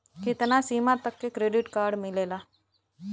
कितना सीमा तक के क्रेडिट कार्ड मिलेला?